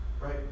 right